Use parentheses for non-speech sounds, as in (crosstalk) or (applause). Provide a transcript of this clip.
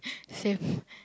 (breath) same (breath)